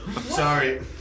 sorry